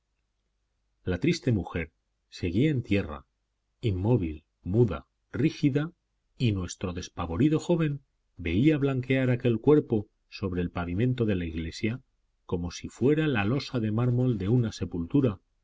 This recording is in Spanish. la triste mujer seguía en tierra inmóvil muda rígida y nuestro despavorido joven veía blanquear aquel cuerpo sobre el pavimento de la iglesia como si fuera la losa de mármol de una sepultura